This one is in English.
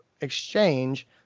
exchange